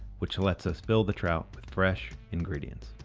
which lets us fill the trout with fresh ingredients.